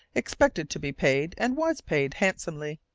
expected to be paid, and was paid, handsomely.